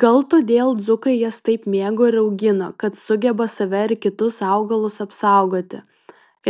gal todėl dzūkai jas taip mėgo ir augino kad sugeba save ir kitus augalus apsaugoti